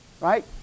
right